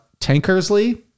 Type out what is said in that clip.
Tankersley